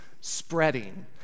spreading